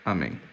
Amém